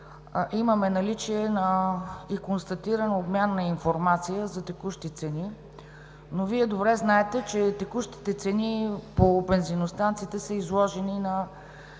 имаме наличие и констатиран обмен на информация за текущи цени, но Вие добре знаете, че текущите цени по бензиностанциите са изложени на